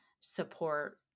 support